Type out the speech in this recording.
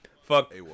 fuck